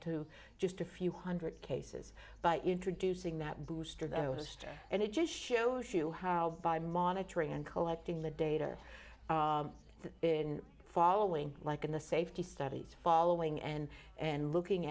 to just a few one hundred cases by introducing that booster those and it just shows you how by monitoring and collecting the data in following like in the safety studies following and and looking